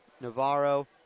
Navarro